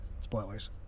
Spoilers